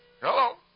Hello